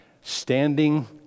standing